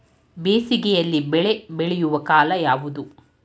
ಬೇಸಿಗೆ ಯಲ್ಲಿ ಬೆಳೆ ಬೆಳೆಯುವ ಕಾಲ ಯಾವುದು?